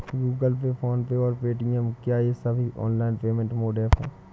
Google pay PhonePe और Paytm क्या ये सभी ऑनलाइन पेमेंट मोड ऐप हैं?